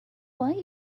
why